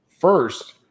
first